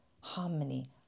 harmony